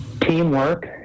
Teamwork